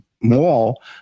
mall